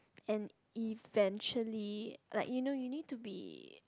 and eventually like you know you need to be